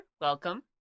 welcome